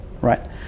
right